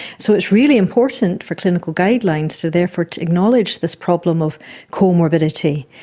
so it's really important for clinical guidelines to therefore acknowledge this problem of comorbidity.